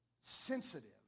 sensitive